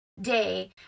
day